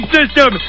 System